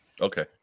Okay